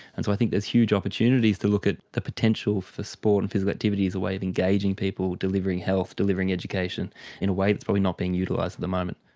and so i think there's huge opportunities to look at the potential for sport and physical activity as a way of engaging people, delivering health, delivering education in a way that is probably not being utilised at the moment.